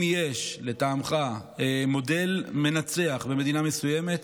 אם לטעמך יש מודל מנצח במדינה מסוימת,